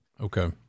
Okay